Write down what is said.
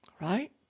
Right